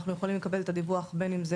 אנחנו יכולים לקבל את הדיווח בין אם זה